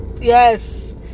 yes